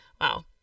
wow